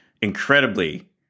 incredibly